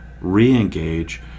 re-engage